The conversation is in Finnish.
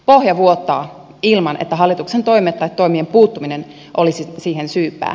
pohja vuotaa ilman että hallituksen toimet tai toimien puuttuminen olisi siihen syypää